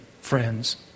friends